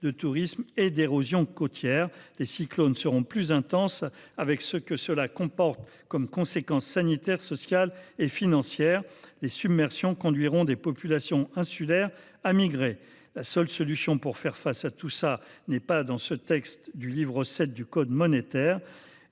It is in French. de tourisme et d’érosion côtière. Les cyclones seront de plus en plus intenses, avec tout ce que cela emporte de conséquences sanitaires, sociales et financières. Les submersions conduiront des populations insulaires à migrer. La seule solution pour y faire face n’est pas dans le texte du livre VII du code monétaire